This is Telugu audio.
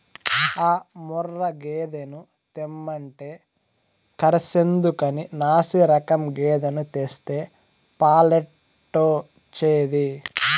ఆ ముర్రా గేదెను తెమ్మంటే కర్సెందుకని నాశిరకం గేదెను తెస్తే పాలెట్టొచ్చేది